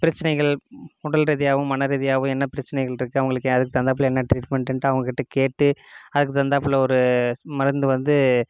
பிரச்சனைகள் உடல்ரீதியாகவும் மனரீதியாகவும் என்ன பிரச்சனைகளிருக்கு அவங்களுக்கு அதுக்கு தகுந்தாப்ல என்ன ட்ரீட்மெண்ட்டுன்ட்டு அவங்ககிட்ட கேட்டு அதுக்கு தகுந்தாப்புல ஒரு ஸ் மருந்து வந்து